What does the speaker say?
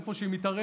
איפה שהיא מתערבת,